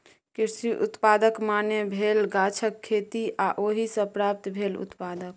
कृषि उत्पादक माने भेल गाछक खेती आ ओहि सँ प्राप्त भेल उत्पाद